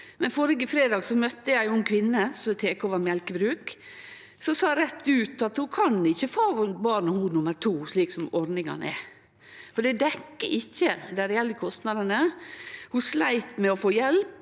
men førre fredag møtte eg ei ung kvinne som tek over eit mjølkebruk, og ho sa rett ut at ho ikkje kan få barn nummer to slik som ordningane er, for det dekkjer ikkje dei reelle kostnadene. Ho sleit med å få hjelp,